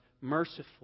merciful